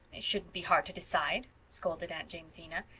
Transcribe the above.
it shouldn't be hard to decide, scolded aunt jamesina.